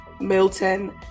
Milton